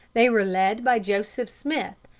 they were led by joseph smith,